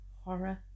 horror